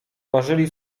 ważyli